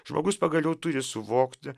žmogus pagaliau turi suvokti